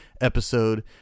episode